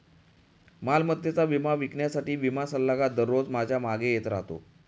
मालमत्तेचा विमा विकण्यासाठी विमा सल्लागार दररोज माझ्या मागे येत राहतो